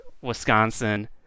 Wisconsin